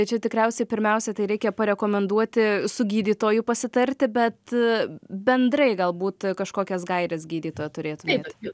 čia tikriausiai pirmiausia tai reikia parekomenduoti su gydytoju pasitarti bet bendrai galbūt kažkokias gaires gydytoja turėtumėt